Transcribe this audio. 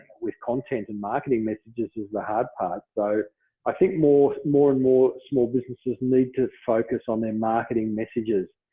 with content and marketing messages is the hard part. so i think, more more and more small businesses need to focus on their marketing messages.